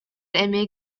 эмиэ